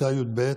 בכיתה י"ב